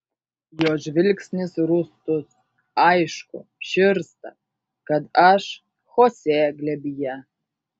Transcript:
jo žvilgsnis rūstus aišku širsta kad aš chosė glėbyje